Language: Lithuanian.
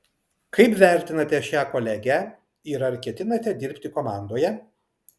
kaip vertinate šią kolegę ir ar ketinate dirbti komandoje